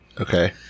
Okay